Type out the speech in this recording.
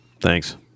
Thanks